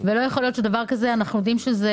אנחנו יודעים שיש